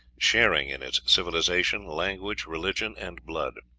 sharing in its civilization, language, religion, and blood.